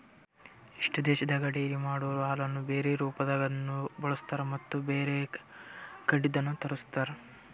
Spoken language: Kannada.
ಎಷ್ಟೋ ದೇಶದಾಗ ಡೈರಿ ಮಾಡೊರೊ ಹಾಲನ್ನು ಬ್ಯಾರೆ ರೂಪದಾಗನೂ ಬಳಸ್ತಾರ ಮತ್ತ್ ಬ್ಯಾರೆ ಕಡಿದ್ನು ತರುಸ್ತಾರ್